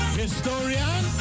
historian